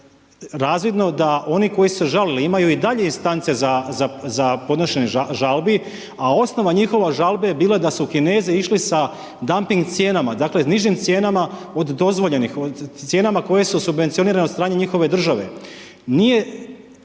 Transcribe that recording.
razvidno da oni koji su se žalili imaju i dalje instance za podnošenje žalbi, a osnova njihove žalbe je bila da su Kinezi išli sa damping cijenama, dakle, nižim cijenama od dozvoljenih, cijenama koje su subvencionirane od strane njihove države.